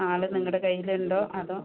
ആള് നിങ്ങളുടെ കൈയിലുണ്ടോ അതോ